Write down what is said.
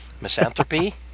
Misanthropy